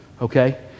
okay